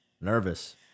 nervous